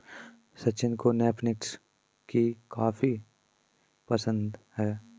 सचिन को नेस्कैफे की कॉफी बहुत पसंद है